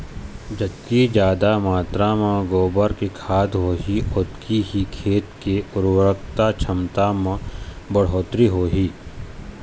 जतका जादा मातरा म गोबर के खाद होही ओतके ही खेत के उरवरक छमता म बड़होत्तरी होही